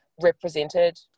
represented